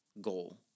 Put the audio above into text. goal